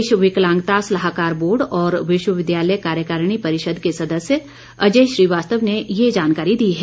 प्रदेश विकलांगता सलाहकार बोर्ड और विश्वविद्यालय कार्यकारिणी परिषद के सदस्य अजय श्रीवास्तव ने ये जानकारी दी है